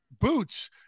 boots